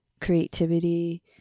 Creativity